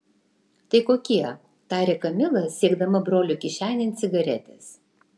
tai kokie tarė kamila siekdama brolio kišenėn cigaretės